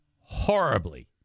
horribly